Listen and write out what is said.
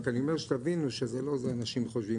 רק אני אומר שתבינו שזה לא מה שאנשים חושבים.